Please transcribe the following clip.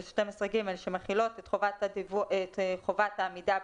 של 12ג' שמחילות את חובת העמידה